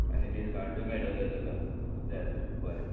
आनी डिसकावंटूय मेळटले तुका तुका जाय जाल्यार बरें